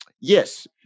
Yes